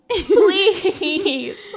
Please